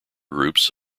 groups